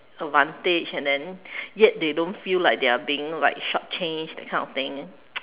advantage and then yet they don't feel like they are being like short changed that kind of thing